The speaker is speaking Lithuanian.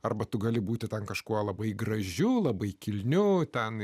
arba tu gali būti ten kažkuo labai gražių labai kilnių ten